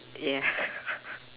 ya